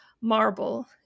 marble